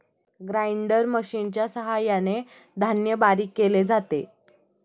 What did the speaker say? grinder मशिनच्या सहाय्याने धान्य बारीक केले जाते